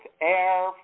air